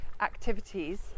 activities